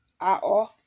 Ao